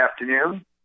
afternoon